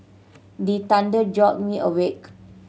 the thunder jolt me awake